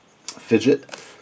Fidget